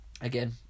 Again